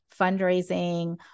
fundraising